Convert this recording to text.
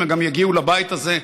הם גם יגיעו לבית הזה,